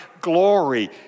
glory